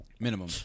Minimum